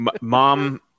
mom